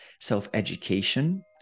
self-education